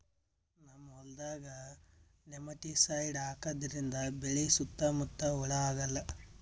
ನಮ್ಮ್ ಹೊಲ್ದಾಗ್ ನೆಮಟಿಸೈಡ್ ಹಾಕದ್ರಿಂದ್ ಬೆಳಿ ಸುತ್ತಾ ಮುತ್ತಾ ಹುಳಾ ಆಗಲ್ಲ